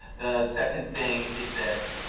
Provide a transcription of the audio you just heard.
second thing is that